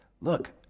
Look